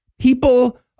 People